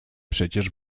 przecież